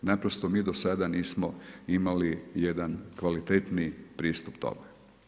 Naprosto mi do sada nismo imali, jedan kvalitetniji pristup tome.